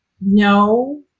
no